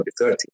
2030